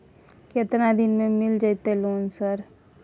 केतना दिन में मिल जयते लोन सर?